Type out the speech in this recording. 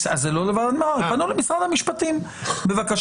זה לא לוועדת מררי, פנו למשרד המשפטים בבקשה.